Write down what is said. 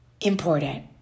important